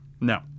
No